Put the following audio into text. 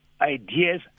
ideas